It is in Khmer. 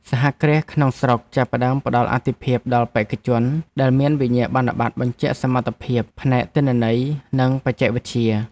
សហគ្រាសក្នុងស្រុកចាប់ផ្តើមផ្តល់អាទិភាពដល់បេក្ខជនដែលមានវិញ្ញាបនបត្របញ្ជាក់សមត្ថភាពផ្នែកទិន្នន័យនិងបច្ចេកវិទ្យា។